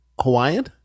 Hawaiian